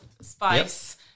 spice